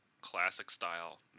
classic-style